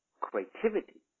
creativity